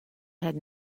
had